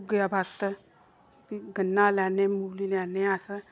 भुग्गे दा बरत गन्ना लैने मूली लैने अस